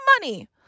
money